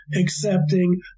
accepting